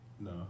No